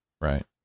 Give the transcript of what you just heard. right